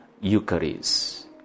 Eucharist